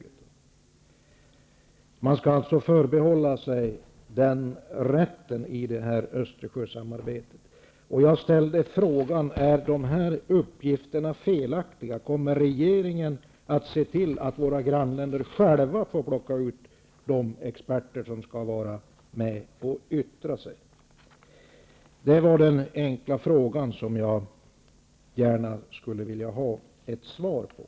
Länderna vill alltså förbehålla sig den rätten i Är dessa uppgifter felaktiga? Kommer regeringen att se till att våra grannländer själva får tillsätta de experter som skall få yttra sig? Jag skulle gärna vilja ha ett svar på dessa enkla frågor.